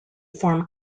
form